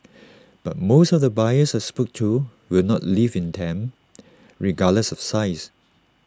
but most of the buyers I spoke to will not live in them regardless of size